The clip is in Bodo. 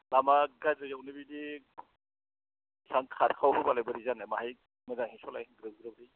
लामा गाज्रियावनो बिदि एसां खारखाव होब्लालाय बोरै जानो माहाय मोजाङै सलाय गारिखो